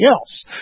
else